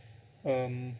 um